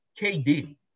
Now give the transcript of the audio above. KD